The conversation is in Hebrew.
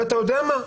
ואתה יודע מה?